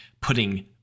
putting